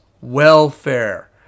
welfare